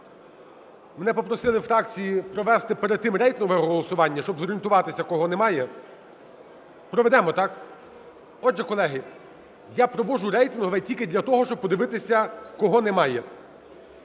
Мене попросили фракції провести перед тим рейтингове голосування, щоб зорієнтуватися, кого немає. Проведемо, так? Отже, колеги, я проводжу рейтингове тільки для того, щоб подивитися, кого немає.